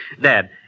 Dad